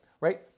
right